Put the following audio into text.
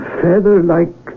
feather-like